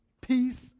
peace